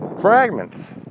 fragments